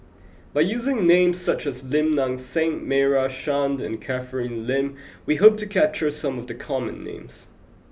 by using names such as Lim Nang Seng Meira Chand and Catherine Lim we hope to capture some of the common names